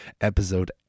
Episode